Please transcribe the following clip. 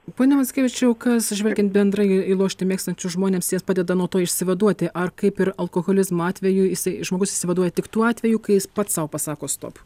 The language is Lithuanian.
pone mackevičiau kas žvelgiant bendrai į lošti mėgstančius žmonės jiems padeda nuo to išsivaduoti ar kaip ir alkoholizmo atveju jisai žmogus išsivaduoja tik tuo atveju kai jis pats sau pasako stop